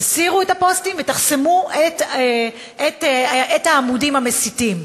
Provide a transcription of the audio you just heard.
תסירו את הפוסטים ותחסמו את העמודים המסיתים.